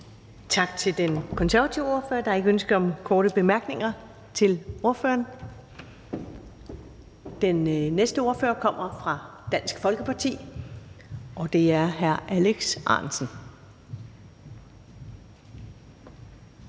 Tak til den konservative ordfører. Der er ikke ønske om korte bemærkninger til ordføreren. Den næste ordfører kommer fra Dansk Folkeparti, og det er hr. Alex Ahrendtsen.